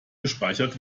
gespeichert